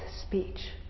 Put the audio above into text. speech